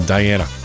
Diana